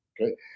Okay